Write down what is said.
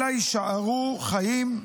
אלא יישארו חיים,